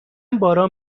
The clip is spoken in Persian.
باران